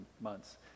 months